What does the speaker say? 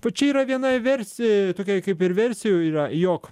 va čia yra viena versija tokia kaip ir versijų yra jog